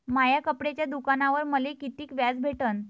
माया कपड्याच्या दुकानावर मले कितीक व्याज भेटन?